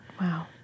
Wow